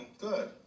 Good